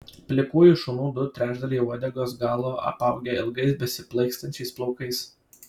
plikųjų šunų du trečdaliai uodegos galo apaugę ilgais besiplaikstančiais plaukais